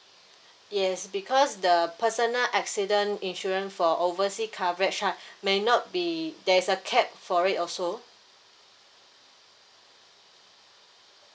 yes because the personal accident insurance for oversea coverage right may not be there's a cap for it also